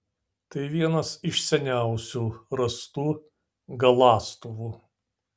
tai vienas iš seniausių rastų galąstuvų